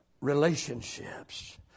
Relationships